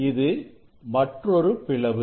இது மற்றொரு பிளவு